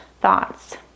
thoughts